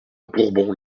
bourbon